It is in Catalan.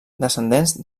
descendents